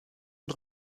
und